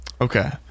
Okay